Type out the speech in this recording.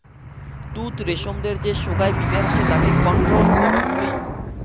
তুত রেশমদের যে সোগায় বীমার হসে তাকে কন্ট্রোল করং হই